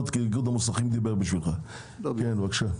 בבקשה.